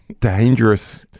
dangerous